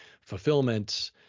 fulfillment